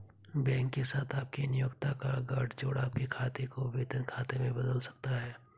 bank के साथ आपके नियोक्ता का गठजोड़ आपके खाते को वेतन खाते में बदल सकता है